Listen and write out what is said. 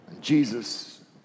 Jesus